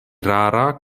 rara